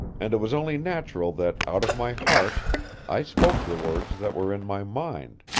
and it was only natural that out of my heart i spoke the words that were in my mind.